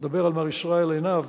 ואני מדבר על מר ישראל עינב,